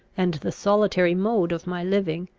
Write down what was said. and the solitary mode of my living,